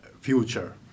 future